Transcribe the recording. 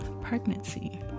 pregnancy